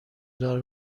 دار